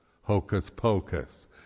hocus-pocus